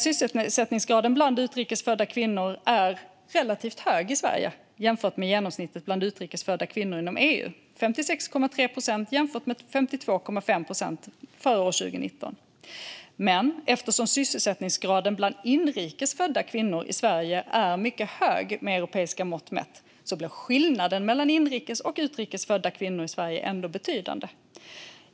Sysselsättningsgraden bland utrikes födda kvinnor är relativt hög i Sverige jämfört med genomsnittet för utrikes födda kvinnor inom EU - 56,3 procent jämfört med 52,5 procent för år 2019. Men eftersom sysselsättningsgraden bland inrikes födda kvinnor i Sverige är mycket hög med europeiska mått mätt blir skillnaden mellan inrikes och utrikes födda kvinnor i Sverige ändå betydande.